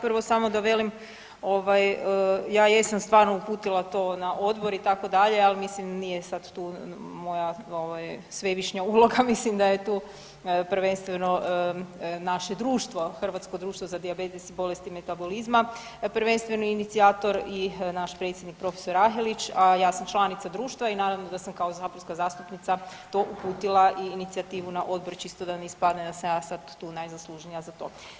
Poštovani kolega, prvo samo da velim ja jesam stvarno uputila to na odbor itd., ali mislim nije sad tu moja svevišnja uloga mislim da je tu prvenstveno naše društvo, Hrvatsko društvo za dijabetes i bolesti metabolizma prvenstveno inicijator i naš predsjednik prof. Rahelić, a ja sam članica društva i naravno da sam kao saborska zastupnica to uputila i inicijativu na odbor čisto da ne ispadne da sam ja sad tu najzaslužnija za to.